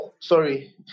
Sorry